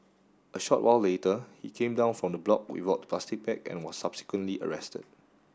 a short while later he came down from the block without plastic bag and was subsequently arrested